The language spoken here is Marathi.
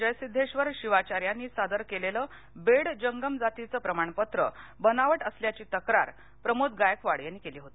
जयसिदेश्वर शिवाचार्यांनी सादर केलेलं बेड जंगम जातीचं प्रमाणपत्र बनावट असल्याची तक्रार प्रमोद गायकवाड यांनी केली होती